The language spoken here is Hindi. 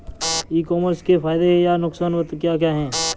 ई कॉमर्स के फायदे या नुकसान क्या क्या हैं?